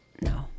No